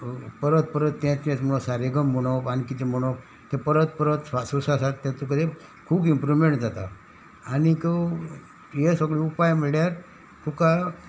परत परत तें तेंच म्हणोन सारे गम म्हणप आनी कितें म्हणप तें परत परत स्वासोस्वासा आसात तें तुका तें खूब इम्प्रूवमेंट जाता आनीक हें सगळे उपाय म्हळ्यार तुका